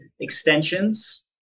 extensions